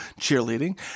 cheerleading